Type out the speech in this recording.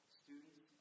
students